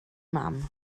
mam